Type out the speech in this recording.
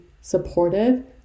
supportive